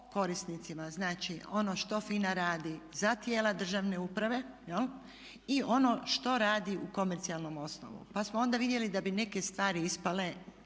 korisnicima. Znači, ono što FINA radi za tijela državne uprave i ono što radi u komercijalnom osnovu, pa smo onda vidjeli da bi neke stvari ispale